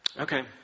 okay